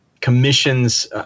commissions